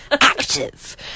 Active